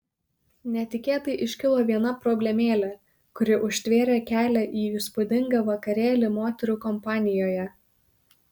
netikėtai iškilo viena problemėlė kuri užtvėrė kelią į įspūdingą vakarėlį moterų kompanijoje